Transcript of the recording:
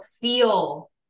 feel